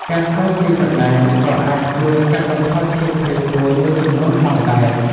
ការស្គាល់ទីកន្លែងក៏អាចជួយកាត់បន្ថយភាពភ័យព្រួយមួយចំនួនផងដែរ។